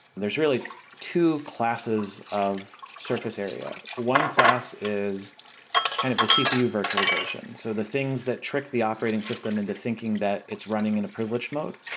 really two classes of surface area. one class is kind of the cpu virtualization. so the things that trick the operating system into thinking that it's running in a privileged mode,